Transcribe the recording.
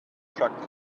attract